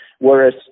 whereas